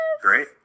Great